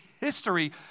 history